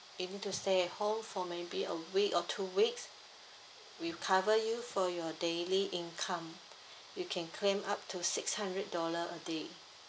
you need to stay at home for maybe a week or two weeks we cover you for your daily income you can claim up to six hundred dollar a day